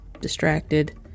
distracted